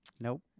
Nope